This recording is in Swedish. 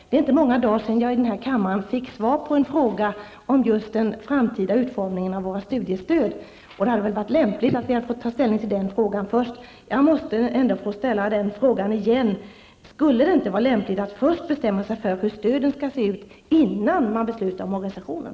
Det är inte många dagar sedan jag i den här kammaren fick svar på en fråga om just den framtida utformningen av våra studiestöd. Det hade väl varit lämpligt att vi hade fått ta ställning till den frågan först. Jag måste än en gång fråga: Skulle det inte vara lämpligt att bestämma sig för hur stöden skall se ut innan man beslutar om organisationen?